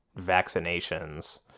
vaccinations